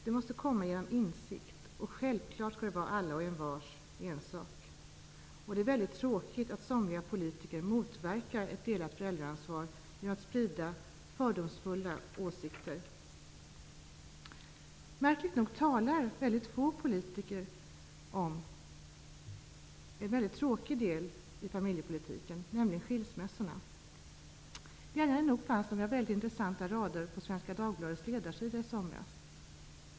Det måste komma genom insikt, och självklart skall det vara allas och envars ensak. Det är mycket tråkigt att somliga politiker motverkar ett delat föräldraansvar, genom att sprida fördomsfulla åsikter. Märkligt nog talar få politiker om en mycket tråkig del av familjepolitiken, nämligen skilsmässorna. Glädjande nog fanns det några mycket intressanta rader på Svenska Dagbladets ledarsida i somras.